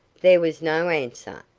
there was no answer,